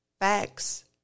facts